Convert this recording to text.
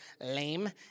lame